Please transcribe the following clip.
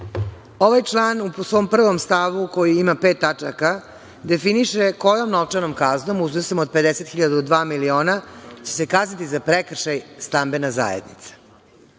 Ovaj član u svom prvom stavu, koji ima pet tačaka, definiše kojom novčanom kaznom, u iznosima od 50 hiljada do dva miliona, će se kazniti za prekršaj stambena zajednica. Strašno